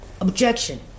Objection